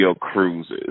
cruises